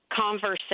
conversation